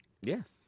yes